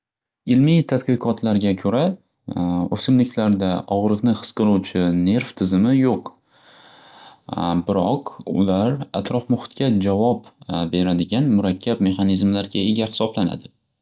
Ilmiy tadqiqotlarga ko'ra o'simliklarda og'riqni his qiluvchi nerv tizimi yo'q. Biroq, ular atrof muhitga javob beradigan murakkab mexanizmlarga ega hisoblanadi.